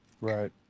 Right